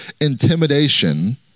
Intimidation